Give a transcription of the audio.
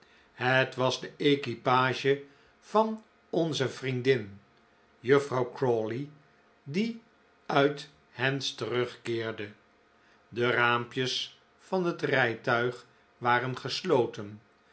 het was de oo oo oo oo oo equipage van onze vriendin juffrouw crawley die uit hants terugkeerde de raampjes van het rijtuig waren gesloten